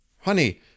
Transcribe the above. Honey